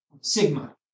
Sigma